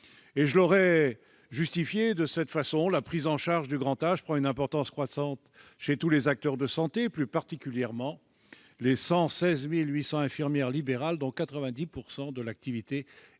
je vous aurais expliqué que la prise en charge du grand âge prend une importance croissante pour tous les acteurs de santé, plus particulièrement pour les 116 800 infirmières libérales, dont 90 % de l'activité est